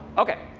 ok.